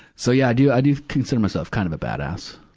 so, yeah, i do, i do consider myself kind of a badass.